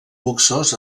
luxós